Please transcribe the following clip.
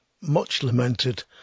much-lamented